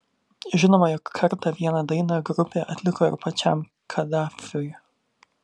žinoma jog kartą vieną dainą grupė atliko ir pačiam kadafiui